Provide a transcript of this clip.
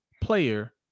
player